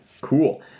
Cool